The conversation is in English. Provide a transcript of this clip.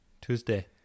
Tuesday